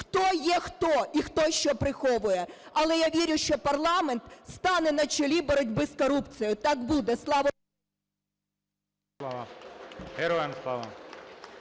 хто є хто, і хто що приховує. Але я вірю, що парламент стане на чолі боротьби з корупцією. Так буде. Слава Україні!